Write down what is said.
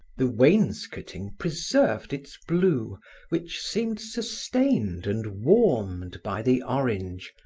the wainscoting preserved its blue which seemed sustained and warmed by the orange.